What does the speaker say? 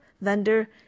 vendor